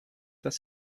dass